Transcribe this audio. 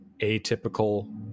atypical